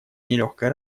нелегкой